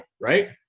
right